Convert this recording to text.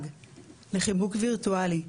לחיבוק וירטואלי,